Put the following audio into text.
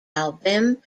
album